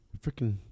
Freaking